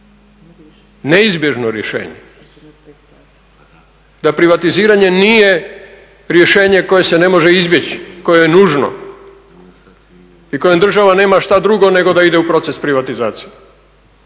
neizbježno rješenje, da privatiziranje nije rješenje koje se ne može izbjeći, koje je nužno i kojem država nema šta drugo nego da ide u proces privatizacije.